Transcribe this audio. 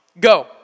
go